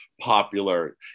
popular